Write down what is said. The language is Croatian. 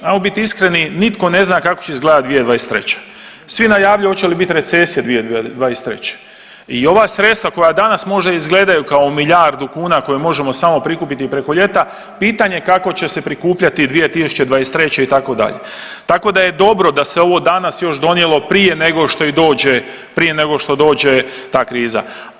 Ajmo bit iskreni, nitko ne zna kako će izgledati 2023., svi najavljuju hoće li biti recesije 2023., i ova sredstva koja danas možda izgledaju kao milijardu kuna koje možemo samo prikupiti preko ljeta, pitanje je kako će se prikupljati 2023., itd., tako da je dobro da se ovo danas još donijelo prije nego što i dođe, prije nego što dođe ta kriza.